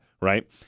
right